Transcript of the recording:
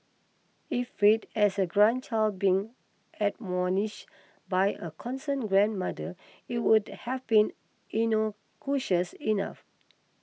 if read as a grandchild being admonish by a concerned grandmother it would have been innocuous enough